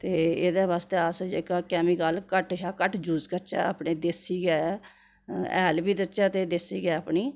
ते एह्दे बास्तै अस जेह्का कैमिकल घट्ट शा घट्ट यूज करचै अपने देसी ऐ हैल बी देचै ते देसी गै अपनी